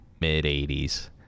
mid-80s